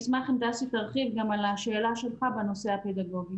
אני אשמח אם דסי תרחיב גם על השאלה שלך בנושא הפדגוגי.